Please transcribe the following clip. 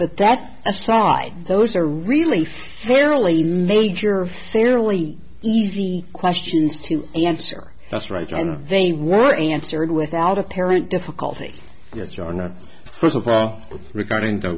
but that aside those are really fairly major fairly easy questions to answer that's right john they were answered without apparent difficulty yes or no first of all regarding the